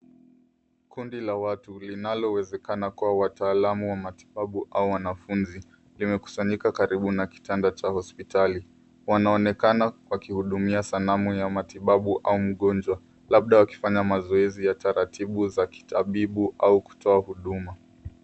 Kundi la watu linalowezekana kuwa watalamu wa matibabu au wanafunzi limekusanyika karibu na kitanda cha hospitali. Wanaonekana wakihudukia sanamu ya matibabu au mgonjwa labda wakifanya mazoezi ya taratibu za kitabibu kutoa huduma.